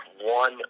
one